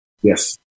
Yes